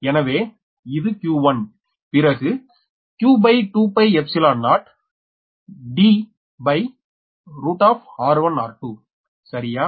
எனவே இது 𝑞1 பிறகு q20Dr1r2 சரியா